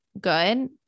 good